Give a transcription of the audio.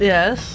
Yes